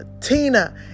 Tina